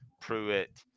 pruitt